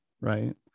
right